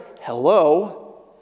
Hello